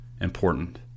important